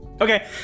Okay